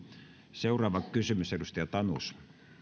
seuraava kysymys edustaja tanus